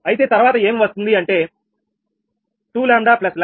అయితే తర్వాత ఏం వస్తుంది అంటే 2𝜆1𝜆 3 λ0